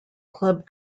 club